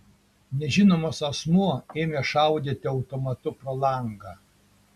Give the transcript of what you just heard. nežinomas asmuo ėmė šaudyti automatu pro langą